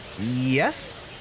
Yes